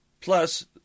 Plus